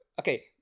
okay